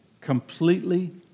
completely